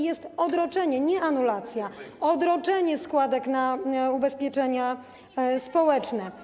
Jest odroczenie, nie anulacja - odroczenie składek na ubezpieczenia społeczne.